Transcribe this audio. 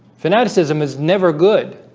fanaticism is never good